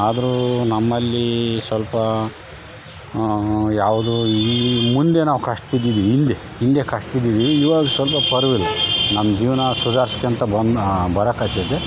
ಆದರೂ ನಮ್ಮಲ್ಲಿ ಎರಡು ಮಕ್ಳು ಇದ್ದಾರೆ ಯಾವುದೂ ಈ ಮುಂದೆ ನಾವು ಕಷ್ಟ ಬಿದ್ದಿದೇವೆ ಹಿಂದೆ ಹಿಂದೆ ಕಷ್ಟ ಬಿದ್ದೀವಿ ಇವಾಗ ಸ್ವಲ್ಪ ಪರವಾಲ್ಲ ನಮ್ಮ ಜೀವನ ಸುಧಾರ್ಸ್ಕೋಳ್ತ ಬಂದ್ನ ಬರಕತ್ತೈತೆ